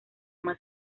más